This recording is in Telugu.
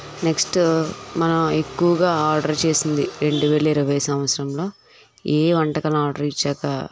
నెక్స్ట్ మనం ఎక్కువుగా ఆర్డర్ చేసింది రెండువేల ఇరవై సంవత్సరంలో ఏ వంటకం ఆర్డర్ ఇచ్చాక